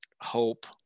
hope